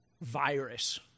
virus